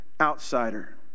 outsider